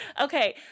Okay